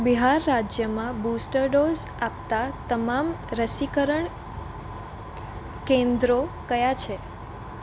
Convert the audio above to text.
બિહાર રાજ્યમાં booster dose આપતાં તમામ રસીકરણ કેન્દ્રો કયા છે